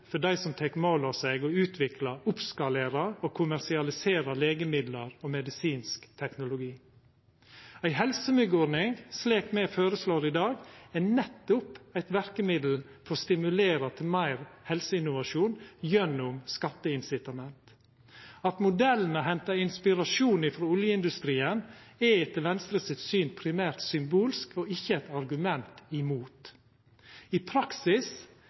for dei som tek mål av seg til å utvikla, oppskalera og kommersialisera legemiddel og medisinsk teknologi, og ei helsemyggordning, slik me føreslår i dag, er nettopp eit verkemiddel for å stimulera til meir helseinnovasjon gjennom skatteincitament. At modellen har henta inspirasjon frå oljeindustrien, er etter Venstre sitt syn primært symbolsk og ikkje eit argument imot. I praksis